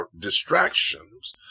distractions